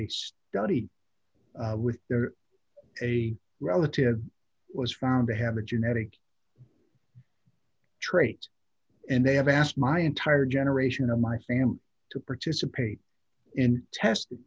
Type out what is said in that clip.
a study with a relative was found to have a genetic trait and they have asked my entire generation of my family to participate in test